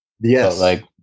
Yes